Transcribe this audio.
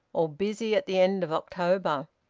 all busy at the end of october!